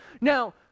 Now